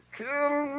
kill